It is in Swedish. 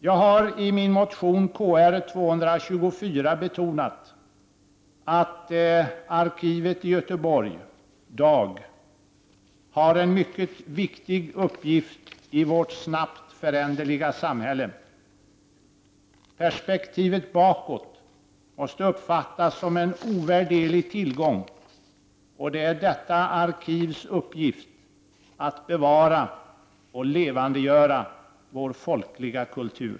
Jag har i min motion Kr224 betonat att arkivet i Göteborg, DAG, har en mycket viktig uppgift i vårt snabbt föränderliga samhälle. Perspektivet bakåt måste uppfattas som en ovärderlig tillgång, och det är detta arkivs uppgift att bevara och levandegöra vår folkliga kultur.